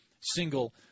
single